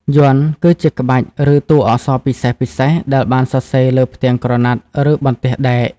យ័ន្ត គឺជាក្បាច់ ឬតួអក្សរពិសេសៗដែលបានសរសេរលើផ្ទាំងក្រណាត់ ឬបន្ទះដែក។